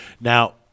Now